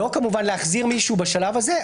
לא כמובן להחזיר מישהו בשלב הזה,